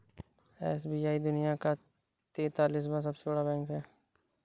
SBI दुनिया का तेंतालीसवां सबसे बड़ा बैंक है